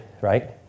right